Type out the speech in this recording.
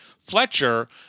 Fletcher